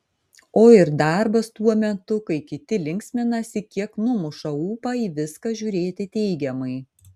o ir darbas tuo metu kai kiti linksminasi kiek numuša ūpą į viską žiūrėti teigiamai